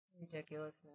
Ridiculousness